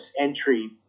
entry